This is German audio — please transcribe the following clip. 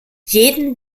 jeden